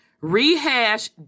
rehash